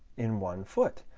in one foot,